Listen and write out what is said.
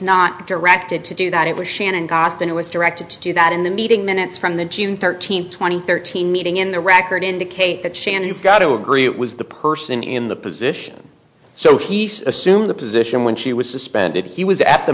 not directed to do that it was shannon costin it was directed to that in the meeting minutes from the june thirteenth two thousand and thirteen meeting in the record indicate that shannon do agree it was the person in the position so he assumed the position when she was suspended he was at the